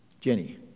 Jenny